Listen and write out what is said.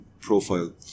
profile